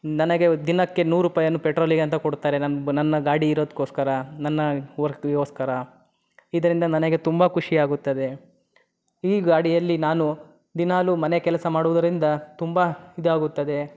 ನನಗೆ ದಿನಕ್ಕೆ ನೂರು ರೂಪಾಯನ್ನು ಪೆಟ್ರೋಲಿಗೆ ಅಂತ ಕೊಡ್ತಾರೆ ನಮ್ಮ ನನ್ನ ಗಾಡಿ ಇರೋದಕ್ಕೋಸ್ಕರ ನನ್ನ ವರ್ಕ್ಗೋಸ್ಕರ ಇದರಿಂದ ನನಗೆ ತುಂಬ ಖುಷಿಯಾಗುತ್ತದೆ ಈ ಗಾಡಿಯಲ್ಲಿ ನಾನು ದಿನಾಲು ಮನೆಕೆಲಸ ಮಾಡುವುದರಿಂದ ತುಂಬ ಇದಾಗುತ್ತದೆ